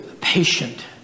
patient